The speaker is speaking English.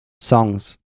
songs